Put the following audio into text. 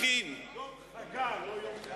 יום חגא, לא יום חג.